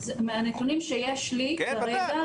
מהנתונים שיש לי כרגע,